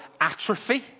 atrophy